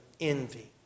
envy